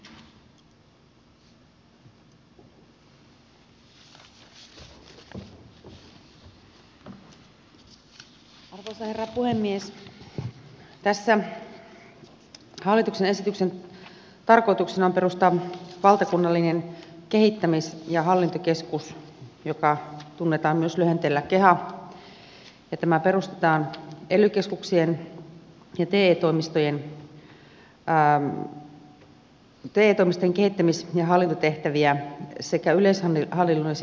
tämän hallituksen esityksen tarkoituksena on perustaa valtakunnallinen kehittämis ja hallintokeskus joka tunnetaan myös lyhenteellä keha ja tämä perustetaan ely keskuksien ja te toimistojen kehittämis ja hallintotehtäviä sekä yleishallinnollisia ohjaustehtäviä varten